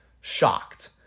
shocked